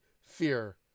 Fear